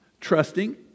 trusting